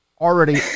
already